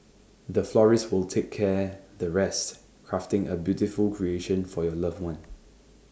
the florist will take care the rest crafting A beautiful creation for your loved one